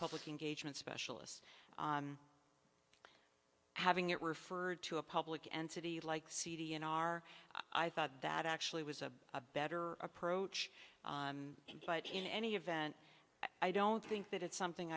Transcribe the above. public engagement specialist having it referred to a public entity like city in our i thought that actually was a better approach but in any event i don't think that it's something